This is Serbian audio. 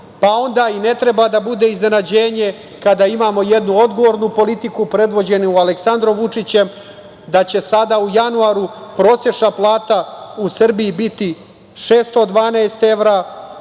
pa onda i ne treba da bude iznenađenje kada imamo jednu odgovornu politiku predvođenu Aleksandrom Vučićem da će sada u januaru prosečna plata u Srbiji biti 612 evra,